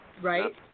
right